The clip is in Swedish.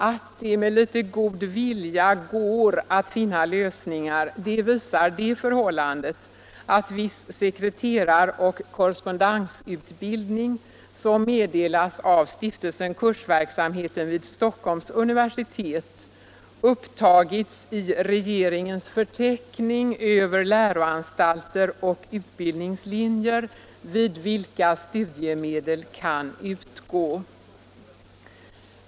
Att det med litet god vilja går att finna lösningar visar det förhållandet, att viss sekreteraroch korrespondensutbildning, som meddelas av Stiftelsen Kursverksamheten vid Stockholms universitet, upptagits i regeringens förteckning över läroanstalter och utbildningslinjer vid vilka studiemedel kan utgå.